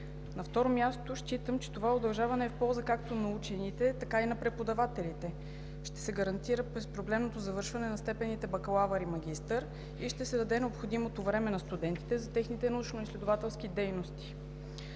На второ място, считам, че това удължаване е в полза както на учените, така и на преподавателите. Ще се гарантира безпроблемното завършване на степените „бакалавър“ и „магистър“ и ще се даде необходимото време на студентите за техните научноизследователски дейности.